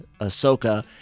Ahsoka